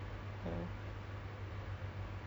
east side ah cause east side I know